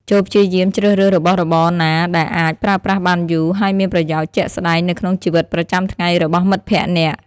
ចូរព្យាយាមជ្រើសរើសរបស់របរណាដែលអាច ប្រើប្រាស់បានយូរ ហើយមានប្រយោជន៍ជាក់ស្តែងនៅក្នុងជីវិតប្រចាំថ្ងៃរបស់មិត្តភក្តិអ្នក។